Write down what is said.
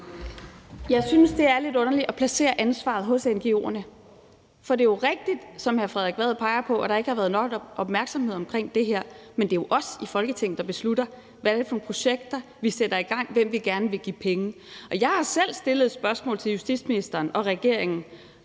Jeg synes, det er lidt underligt at placere ansvaret hos ngo'erne. Det er rigtigt, som hr. Frederik Vad peger på, at der ikke har været nok opmærksomhed omkring det her, men det er jo os i Folketinget, der beslutter, hvad det er for nogle projekter, vi skal sætte i gang, og hvem vi gerne vil give penge. Jeg har selv stillet et spørgsmål til justitsministeren og regeringen